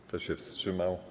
Kto się wstrzymał?